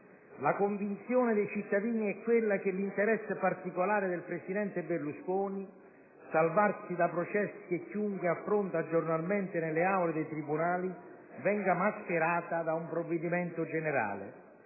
La convinzione dei cittadini è quella che l'interesse particolare del presidente Berlusconi - salvarsi da processi che chiunque affronta giornalmente nelle aule dei tribunali - venga mascherato da un provvedimento generale.